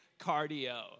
cardio